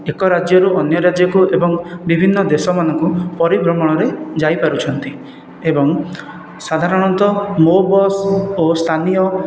ଏକ ରାଜ୍ୟରୁ ଅନ୍ୟ ରାଜ୍ୟକୁ ଏବଂ ବିଭିନ୍ନ ଦେଶମାନଙ୍କୁ ପରି ଭ୍ରମଣରେ ଯାଇ ପାରୁଛନ୍ତି ଏବଂ ସାଧାରଣତଃ ମୋ ବସ୍ ଓ ସ୍ଥାନୀୟ